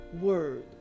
word